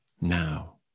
now